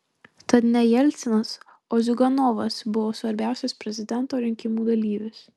tad ne jelcinas o ziuganovas buvo svarbiausias prezidento rinkimų dalyvis